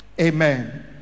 Amen